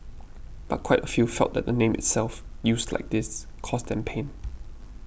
but quite a few felt that the name itself used like this caused them pain